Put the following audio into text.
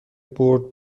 برد